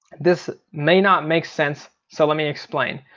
this may not make sense, so let me explain.